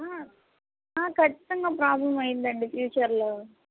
ఖచ్చితంగా ప్రాబ్లమ్ అవుతుందండి ఫ్యూచర్లో